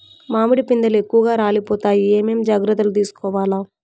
మామిడి పిందెలు ఎక్కువగా రాలిపోతాయి ఏమేం జాగ్రత్తలు తీసుకోవల్ల?